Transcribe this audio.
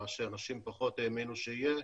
מה שאנשים פחות האמינו שיהיה.